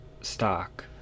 stock